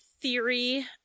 theory